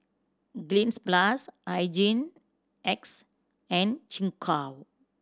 Cleanz Plus Hygin X and Gingko